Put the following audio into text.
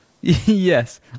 Yes